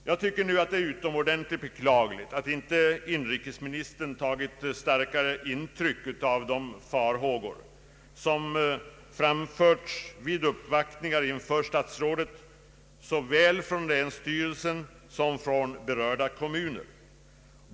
Jag tycker att det är utomordentligt beklagligt att inte inrikesministern har tagit starkare intryck av de farhågor som vid uppvaktningar inför statsrådet framförts från såväl länsstyrelsen som berörda kommuner.